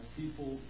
people